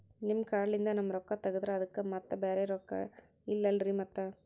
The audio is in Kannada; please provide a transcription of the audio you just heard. ನಿಮ್ ಕಾರ್ಡ್ ಲಿಂದ ನಮ್ ರೊಕ್ಕ ತಗದ್ರ ಅದಕ್ಕ ಮತ್ತ ಬ್ಯಾರೆ ರೊಕ್ಕ ಇಲ್ಲಲ್ರಿ ಮತ್ತ?